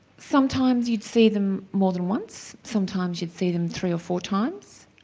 sometimes you'd see them more than once, sometimes you'd see them three or four times.